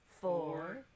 four